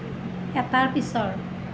এটাৰ পিছৰ